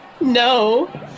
No